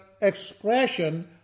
expression